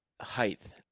height